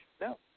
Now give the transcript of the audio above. No